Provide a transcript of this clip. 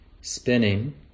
spinning